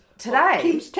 Today